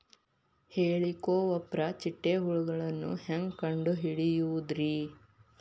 ಹೇಳಿಕೋವಪ್ರ ಚಿಟ್ಟೆ ಹುಳುಗಳನ್ನು ಹೆಂಗ್ ಕಂಡು ಹಿಡಿಯುದುರಿ?